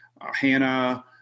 Hannah